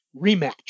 Rematch